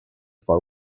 for